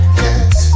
yes